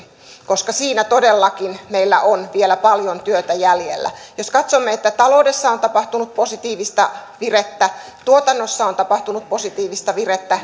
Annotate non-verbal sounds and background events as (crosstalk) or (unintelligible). koska siinä todellakin meillä on vielä paljon työtä jäljellä jos katsomme että taloudessa on tapahtunut positiivista virettä tuotannossa on tapahtunut positiivista virettä (unintelligible)